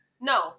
No